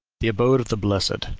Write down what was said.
the abode of the blessed,